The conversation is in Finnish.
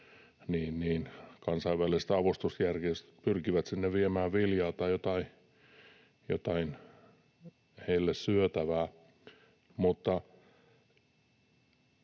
niin kansainväliset avustusjärjestöt pyrkivät sinne viemään viljaa tai jotain syötävää